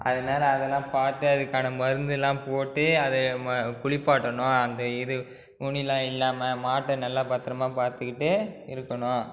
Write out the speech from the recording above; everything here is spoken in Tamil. அதனால அதெல்லாம் பார்த்து அதுக்கான மருந்தெல்லாம் போட்டு அதை ம குளிப்பாட்டணும் அந்த இது உனிலாம் இல்லாமல் மாட்டை நல்லா பத்திரமா பார்த்துக்கிட்டு இருக்கணும்